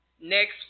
next